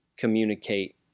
communicate